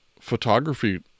photography